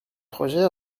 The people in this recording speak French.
projet